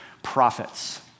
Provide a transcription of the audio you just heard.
prophets